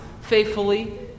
faithfully